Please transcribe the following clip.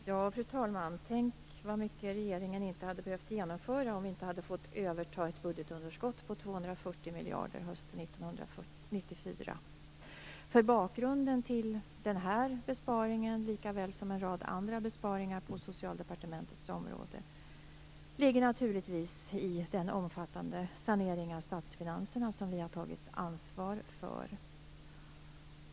Fru talman! Tänk vad mycket regeringen inte hade behövt genomföra om vi inte hade fått överta ett budgetunderskott på 240 miljarder hösten 1994. Bakgrunden till den här besparingen, likaväl som en rad andra besparingar på Socialdepartementets område, är naturligtvis den omfattande sanering av statsfinanserna som vi har tagit ansvar för.